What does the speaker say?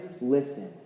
listen